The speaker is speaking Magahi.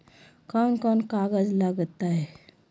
कौन कौन कागज लग तय?